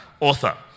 author